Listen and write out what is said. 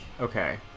Okay